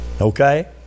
Okay